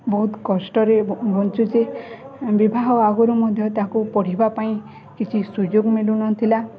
ବହୁତ କଷ୍ଟରେ ବଞ୍ଚୁଛେ ବିବାହ ଆଗରୁ ମଧ୍ୟ ତାକୁ ପଢ଼ିବା ପାଇଁ କିଛି ସୁଯୋଗ ମିଳୁନଥିଲା